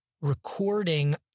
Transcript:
recording